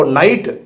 night